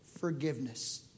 forgiveness